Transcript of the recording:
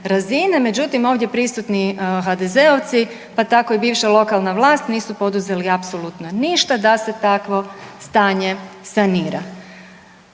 međutim ovdje prisutni HDZ-ovci pa tako i bivša lokalna vlast nisu poduzeli apsolutno ništa da se takvo stanje sanira.